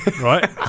right